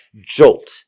jolt